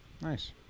Nice